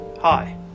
Hi